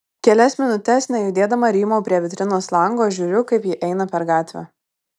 kelias minutes nejudėdama rymau prie vitrinos lango žiūriu kaip ji eina per gatvę